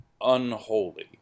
unholy